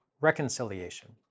reconciliation